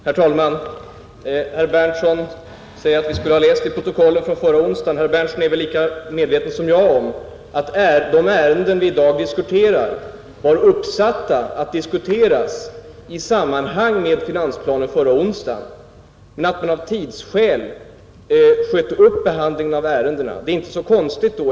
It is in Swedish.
Herr talman! Herr Berndtson sade att vi borde ha läst protokollet från förra onsdagen i stället för att ta en principdebatt i dag. Herr Berndtson är väl lika medveten som jag om att de ärenden vi i dag diskuterar var uppsatta att debatteras i sammanhang med finansplanen förra onsdagen men att man av tidsskäl sköt upp behandlingen av bl.a. det här ärendet.